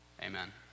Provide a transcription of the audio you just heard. Amen